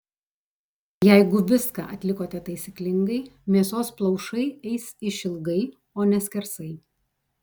jeigu viską atlikote taisyklingai mėsos plaušai eis išilgai o ne skersai